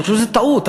אני חושב שזו טעות.